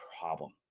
problem